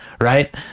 right